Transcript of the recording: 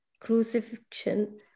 crucifixion